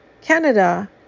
Canada